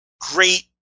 great